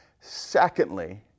Secondly